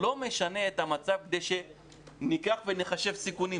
זה לא משנה את המצב כדי שניקח ונחשב סיכונים.